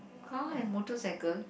car and motorcycle